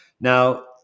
now